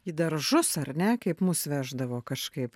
į daržus ar ne kaip mus veždavo kažkaip